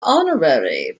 honorary